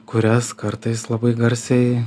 kurias kartais labai garsiai